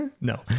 no